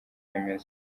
bimeze